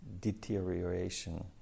deterioration